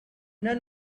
none